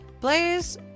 Blaze